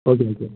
okay okay okay